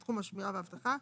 בתחום השמירה והאבטחה,